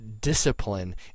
Discipline